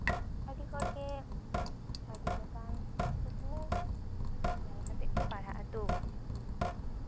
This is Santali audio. ᱟᱹᱰᱤ ᱦᱚᱲᱜᱮ ᱟᱹᱰᱤ ᱞᱮᱠᱟᱱ ᱠᱩᱠᱢᱩ ᱧᱮᱞ ᱠᱟᱛᱮᱜ ᱠᱚ ᱯᱟᱲᱦᱟᱜ ᱟᱛᱳ